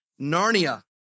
Narnia